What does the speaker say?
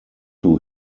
two